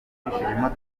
imodoka